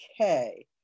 okay